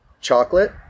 Chocolate